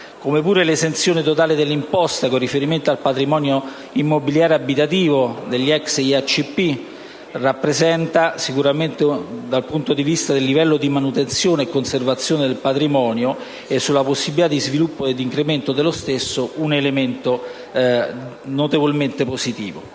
attività. L'esenzione totale dall'imposta con riferimento al patrimonio immobiliare abitativo degli ex IACP rappresenta, dal punto di vista del livello di manutenzione e conservazione del patrimonio, nonché sulle possibilità di sviluppo ed incremento dello stesso, un elemento notevolmente positivo.